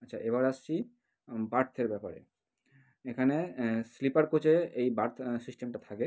আচ্ছা এবার আসছি বার্থের ব্যাপারে এখানে স্লিপার কোচে এই বার্থ সিস্টেমটা থাকে